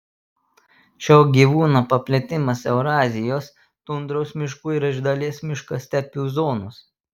šio gyvūno paplitimas eurazijos tundros miškų ir iš dalies miškastepių zonos